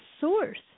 source